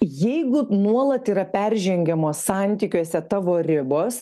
jeigu nuolat yra peržengiamos santykiuose tavo ribos